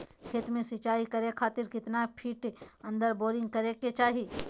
खेत में सिंचाई करे खातिर कितना फिट अंदर बोरिंग करे के चाही?